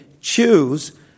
choose